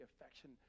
affection